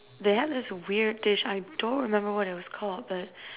they have this weird dish I don't remember what it was called but